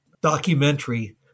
documentary